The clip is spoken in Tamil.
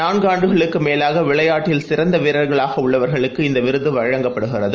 நான்காண்டுகளுக்குமேலாகவிளையாட்டில் சிறந்தவீரர்களாகஉள்ளவர்களுக்கு இந்தவிருதுவழங்கப்படுகிறது